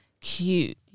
cute